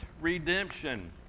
redemption